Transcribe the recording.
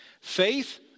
Faith